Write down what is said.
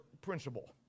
principle